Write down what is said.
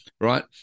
right